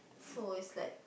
so is like